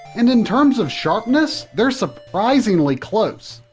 and in terms of sharpness, they're surprisingly close.